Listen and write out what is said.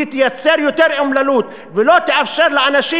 היא תייצר יותר אומללות ולא תאפשר לאנשים,